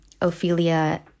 Ophelia